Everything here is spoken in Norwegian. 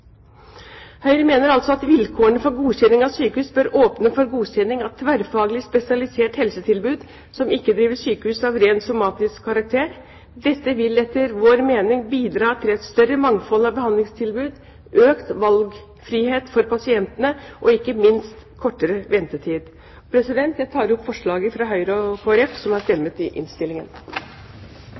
Høyre mener altså at vilkårene for godkjenning av sykehus bør åpne for godkjenning av tverrfaglige, spesialiserte helsetilbud som ikke driver sykehus av ren somatisk karakter. Dette vil etter vår mening bidra til et større mangfold av behandlingstilbud, økt valgfrihet for pasientene og ikke minst kortere ventetid. Jeg tar opp forslaget fra Høyre og Kristelig Folkeparti som er fremmet i innstillingen.